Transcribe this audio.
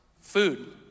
Food